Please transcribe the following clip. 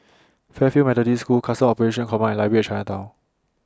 Fairfield Methodist School Customs Operations Command and Library At Chinatown